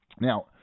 Now